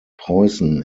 preußen